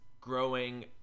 growing